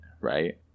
right